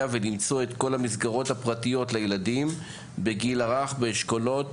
ולמצוא את כל המסגרות הפרטיות לילדים בגיל הרך באשכולות